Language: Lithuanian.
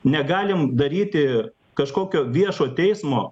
negalim daryti kažkokio viešo teismo